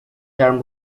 term